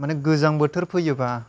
माने गोजां बोथोर फैयोबा